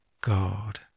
God